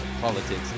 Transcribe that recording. politics